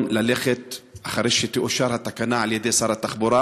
אחרי שתאושר התקנה על-ידי שר התחבורה,